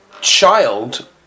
child